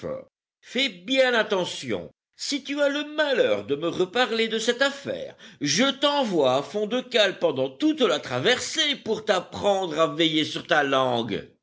fais bien attention si tu as le malheur de me reparler de cette affaire je t'envoie à fond de cale pendant toute la traversée pour t'apprendre à veiller sur ta langue